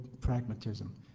pragmatism